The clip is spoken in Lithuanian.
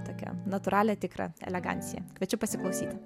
tokią natūralią tikrą eleganciją kviečiu pasiklausyti